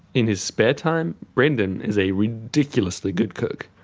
in his spare time, brandon is a ridiculously good cook.